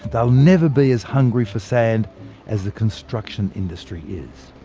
they'll never be as hungry for sand as the construction industry is.